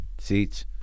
seats